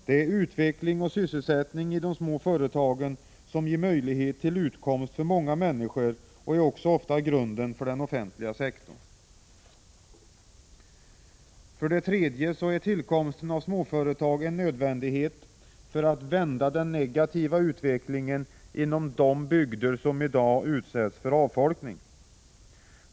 Det är utveckling och sysselsättning i dessa företag som ger möjlighet till utkomst för många människor och som också ofta är grunden för den offentliga sektorn. För det tredje är tillkomsten av småföretag en nödvändighet för att vända den negativa utvecklingen inom de bygder som i dag riskerar att avfolkas.